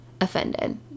offended